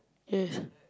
yes